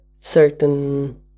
certain